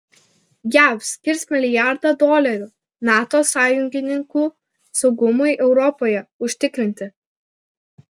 jav skirs milijardą dolerių nato sąjungininkų saugumui europoje užtikrinti